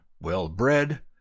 well-bred